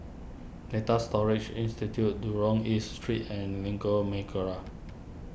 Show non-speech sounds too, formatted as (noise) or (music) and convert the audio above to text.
Data Storage Institute Jurong East Street and Lengkok (unintelligible)